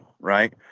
right